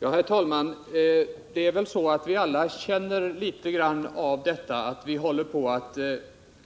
Herr talman! Vi känner väl alla litet grand av detta att vi håller på att